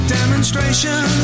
demonstration